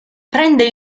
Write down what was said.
prende